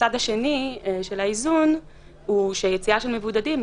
הצד השני של האיזון הוא שיציאה של מבודדים,